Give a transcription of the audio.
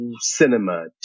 cinema